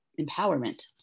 empowerment